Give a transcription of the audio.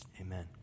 Amen